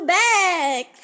back